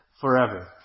forever